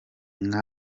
manda